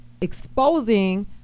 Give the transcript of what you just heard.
exposing